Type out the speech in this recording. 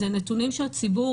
זה נתונים שהציבור,